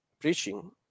preaching